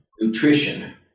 nutrition